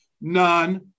None